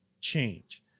change